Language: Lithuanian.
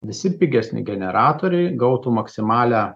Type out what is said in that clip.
visi pigesni generatoriai gautų maksimalią